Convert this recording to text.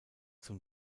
zum